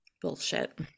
bullshit